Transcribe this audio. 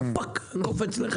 וזה קופץ.